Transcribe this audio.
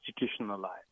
institutionalized